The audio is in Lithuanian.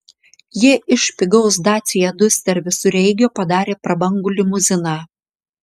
jie iš pigaus dacia duster visureigio padarė prabangų limuziną